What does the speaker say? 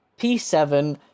P7